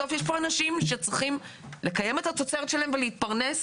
בסוף יש פה אנשים שצריכים לקיים את התוצרת שלהם ולהתפרנס.